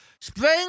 spring